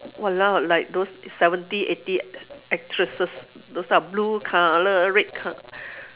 !walao! like those seventy eighty actresses those type of blue colour red col~